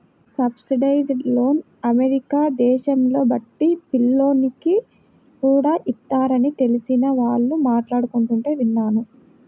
subsidised లోన్లు America దేశంలో బడి పిల్లోనికి కూడా ఇస్తారని తెలిసిన వాళ్ళు మాట్లాడుకుంటుంటే విన్నాను